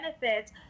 benefits